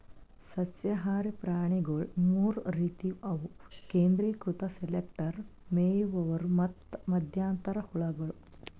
ಸಸ್ಯಹಾರಿ ಪ್ರಾಣಿಗೊಳ್ ಮೂರ್ ರೀತಿವು ಅವು ಕೇಂದ್ರೀಕೃತ ಸೆಲೆಕ್ಟರ್, ಮೇಯುವವರು ಮತ್ತ್ ಮಧ್ಯಂತರ ಹುಳಗಳು